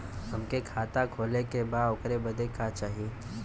हमके खाता खोले के बा ओकरे बादे का चाही?